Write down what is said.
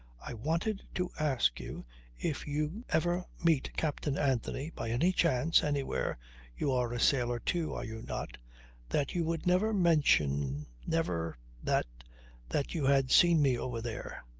i wanted to ask you if you ever meet captain anthony by any chance anywhere you are a sailor too, are you not that you would never mention never that that you had seen me over there.